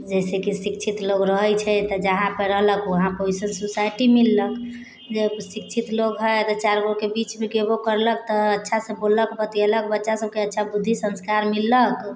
जैसेकि शिक्षित लोक रहै छै तऽ जहाँपर रहलक वहाँ वइसन सोसाइटी मिललक जब शिक्षित लोक हइ दो चारि गोके बीचमे गेबो करलक तऽ अच्छासँ बोललक बतिएलक बच्चा सबके अच्छा बुद्धि संस्कार मिललक